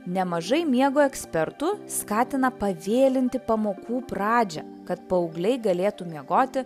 nemažai miego ekspertų skatina pavėlinti pamokų pradžią kad paaugliai galėtų miegoti